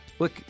Look